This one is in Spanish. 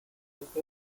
esto